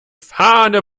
fahne